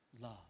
love